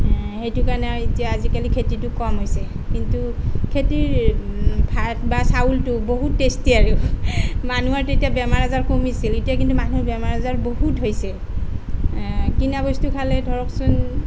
সেইটো কাৰণে আৰু এতিয়া আজিকালি খেতিটো কম হৈছে কিন্তু খেতিৰ ভাত বা চাউলটো বহুত টেষ্টি আৰু মানুহৰ তেতিয়া বেমাৰ আজাৰ কমিছিল এতিয়া কিন্তু মানুহ বেমাৰ আজাৰ বহুত হৈছে কিনা বস্তু খালে ধৰকচোন